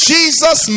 Jesus